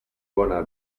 bona